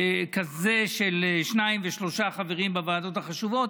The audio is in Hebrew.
כזה של שניים ושלושה חברים בוועדות החשובות.